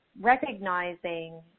recognizing